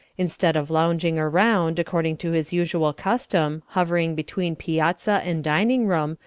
instead of lounging around, according to his usual custom, hovering between piazza and dining-room,